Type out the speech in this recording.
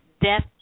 death